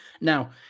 Now